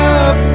up